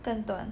更短